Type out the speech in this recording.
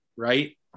right